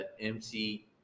mc